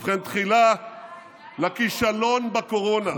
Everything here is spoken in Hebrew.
ובכן, תחילה לכישלון בקורונה.